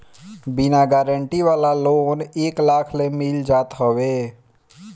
बिना गारंटी वाला लोन एक लाख ले मिल जात हवे